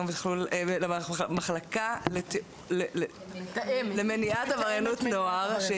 מהמחלקה למניעת עבריינות נוער,